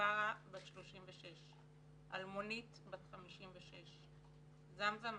בת 36. אלמונית, בת 56. גמזה מחמיד,